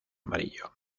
amarillo